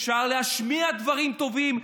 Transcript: אפשר להשמיע דברים טובים,